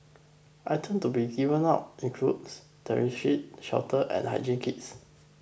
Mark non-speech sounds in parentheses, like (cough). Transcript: items to be given out includes (unintelligible) sheet shelter and hygiene kits